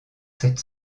sept